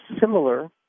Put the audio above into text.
similar